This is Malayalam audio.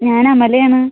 ഞാൻ അമലയാണ്